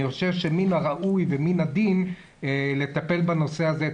אני חושב שמן הראוי ומן הדין לטפל בנושא הזה.